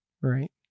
Right